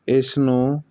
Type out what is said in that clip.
ਇਸ ਨੂੰ